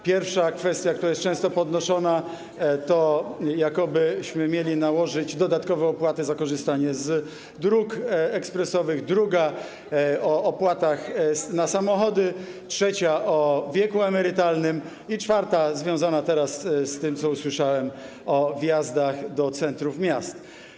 Pierwsza kwestia, która jest często podnoszona, to jakobyśmy mieli nałożyć dodatkowe opłaty za korzystanie z dróg ekspresowych, druga - o opłatach na samochody, trzecia - o wieku emerytalnym i czwarta związana teraz z tym, co usłyszałem, o wjazdach do centrów miast.